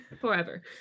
forever